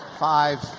Five